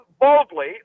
boldly